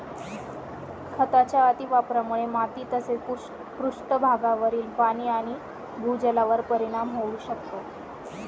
खतांच्या अतिवापरामुळे माती तसेच पृष्ठभागावरील पाणी आणि भूजलावर परिणाम होऊ शकतो